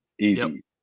Easy